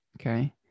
okay